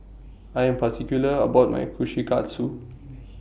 I Am particular about My Kushikatsu